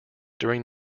during